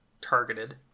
targeted